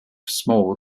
small